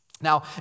Now